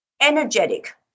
energetic